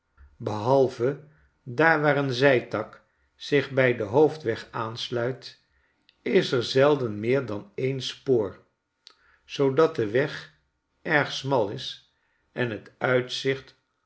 behalve daar waar een zijtak zich bij den hoofdweg aansluit is er zelden meer dan en spoor zoodat de weg erg smal is en t uitzicht